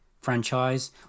franchise